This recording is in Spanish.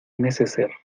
neceser